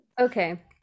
Okay